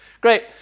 Great